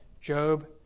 Job